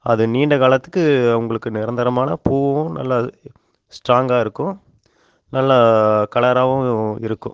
அது நீண்ட காலத்துக்கு உங்களுக்கு நிரந்தரமான பூவும் நல்லா அது ஸ்ட்ராங்காக இருக்கும் நல்லா கலராகவும் இருக்கும்